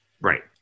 Right